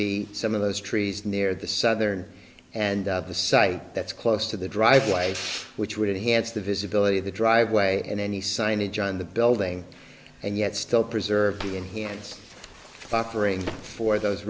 be some of those trees near the southern and the site that's close to the driveway which would hants the visibility of the driveway and any signage on the building and yet still preserve the enhanced offering for those